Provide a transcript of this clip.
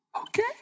okay